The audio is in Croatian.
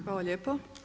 Hvala lijepo.